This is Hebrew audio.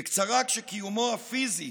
בקצרה, כשקיומו הפיזי